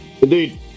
Indeed